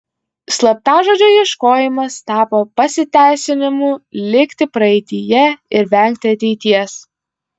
slaptažodžio ieškojimas tapo pasiteisinimu likti praeityje ir vengti ateities